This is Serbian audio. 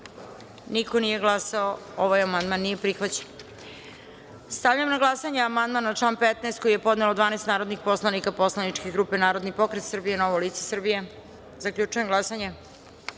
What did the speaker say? niko nije glasao. Amandman nije prihvaćen. Stavljam na glasanje amandman na član 15. koji je podnelo 12 narodnih poslanika poslaničke grupe Narodni pokret Srbije i Novo lice Srbije. Zaključujem glasanje: